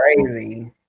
crazy